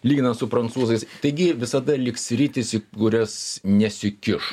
lyginant su prancūzais taigi visada liks sritys į kurias nesikiš